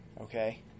Okay